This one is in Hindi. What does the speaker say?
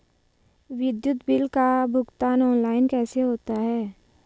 विद्युत बिल का भुगतान ऑनलाइन कैसे होता है?